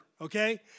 okay